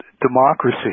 democracy